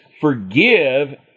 Forgive